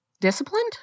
disciplined